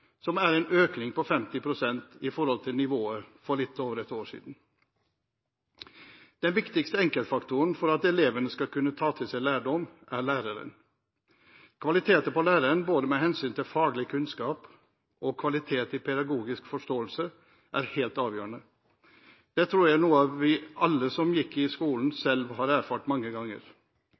som er en økning på 50 pst. i forhold til nivået for litt over et år siden. Den viktigste enkeltfaktoren for at elevene skal kunne ta til seg lærdom, er læreren. Kvaliteten på læreren med hensyn til både faglig kunnskap og pedagogisk forståelse, er helt avgjørende. Det tror jeg er noe alle vi som har gått på skolen selv, har erfart mange ganger.